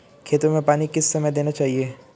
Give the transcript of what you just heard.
खेतों में पानी किस समय देना चाहिए?